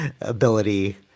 ability